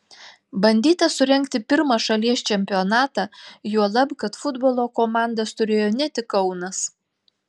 bandyta surengti pirmą šalies čempionatą juolab kad futbolo komandas turėjo ne tik kaunas